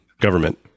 government